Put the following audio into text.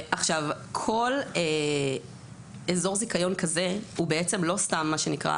כל אזור זיכיון כזה הוא בעצם לא סתם מה שנקרא